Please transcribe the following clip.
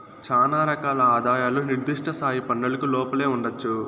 శానా రకాల ఆదాయాలు నిర్దిష్ట స్థాయి పన్నులకు లోపలే ఉండొచ్చు